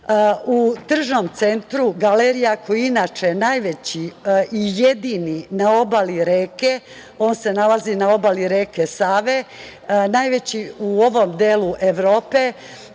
Tržnom centru Galerija, koji je inače najveći i jedini na obali reke, on se nalazi na obali reke Save, najveći u ovom delu Evrope,